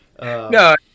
No